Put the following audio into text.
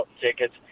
tickets